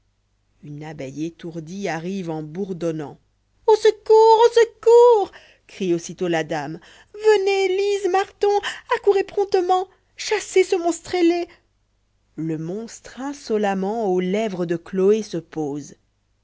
une abeille étourdie arrive en bourdonnant au secours au secours crie aussitôt la daine t venez lise marton accourez promptement chassez ce monstre ailé le monstre insolemment aux lèvres de chloé se pose